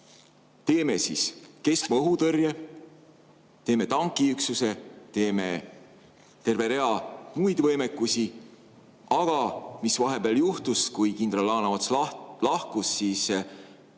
teeme keskmaa õhutõrje, teeme tankiüksuse ja teeme terve rea muid võimekusi. Aga mis vahepeal juhtus? Kui kindral Laaneots lahkus, siis